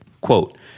Quote